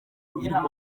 uyirwaye